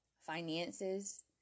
finances